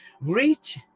Reach